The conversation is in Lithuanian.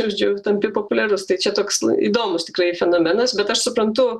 valdžioj tampi populiarus tai čia toks įdomus tikrai fenomenas bet aš suprantu